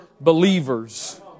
believers